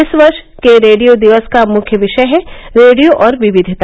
इस वर्ष के रेडियो दिवस का मुख्य विषय है रेडियो और विविधता